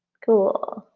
cool.